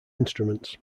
instruments